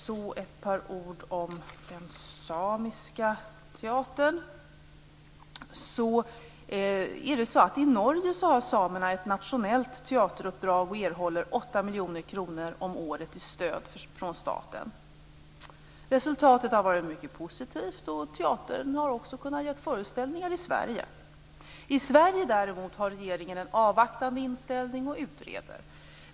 Så ett par ord om den samiska teatern. I Norge har samerna ett nationellt teateruppdrag och erhåller 8 miljoner kronor om året från staten i stöd. Resultatet har varit mycket positivt, och teatern har också kunnat ge föreställningar i Sverige. I Sverige har regeringen däremot en avvaktande inställning och utreder.